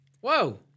Whoa